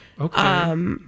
Okay